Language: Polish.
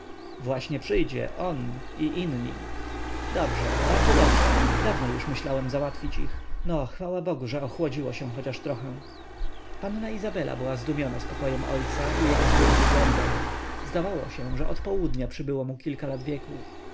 właśnie przyjdzie on i inni dobrze bardzo dobrze dawno już myślałem załatwić ich no chwała bogu że ochłodziło się chociaż trochę panna izabela była zdumiona spokojem ojca i jego złym wyglądem zdawało się że od południa przybyło mu kilka lat wieku